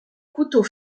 couteaux